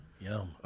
Yum